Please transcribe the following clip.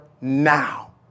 now